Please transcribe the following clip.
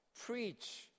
preach